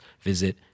visit